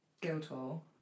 Guildhall